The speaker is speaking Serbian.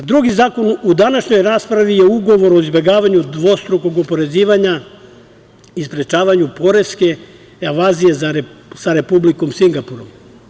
Drugi zakon u današnjoj raspravi je Ugovor o izbegavanju dvostrukog oporezivanja i sprečavanju poreske evazije sa Republikom Singapurom.